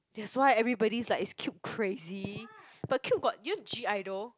that's why everybody is like is Cube crazy but Cube got you know G-idle